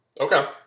Okay